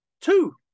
Two